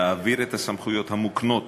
להעביר את הסמכויות המוקנות